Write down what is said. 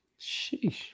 Sheesh